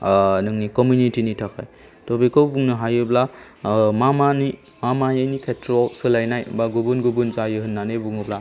नोंनि कमिउनिटिनि थाखाय थ' बेखौ बुंनो हायोब्ला मा मानि खेथ्र'याव सोलायनाय बा गुबुन गुबुन जायो होननानै बुङोब्ला